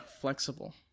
flexible